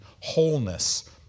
wholeness